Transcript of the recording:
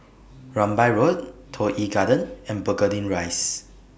Rambai Road Toh Yi Garden and Burgundy Rise